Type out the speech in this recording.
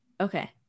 okay